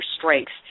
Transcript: strengths